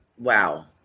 Wow